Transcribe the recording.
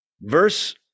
Verse